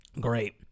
Great